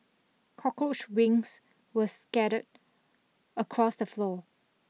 cockroach wings were scattered across the floor